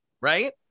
right